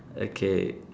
okay